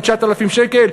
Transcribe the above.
9,000-8,000 שקל?